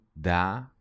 da